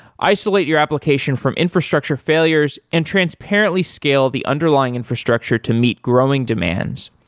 isolate your application from infrastructure failures and transparently scale the underlying infrastructure to meet growing demands,